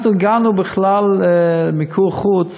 אנחנו הגענו למיקור חוץ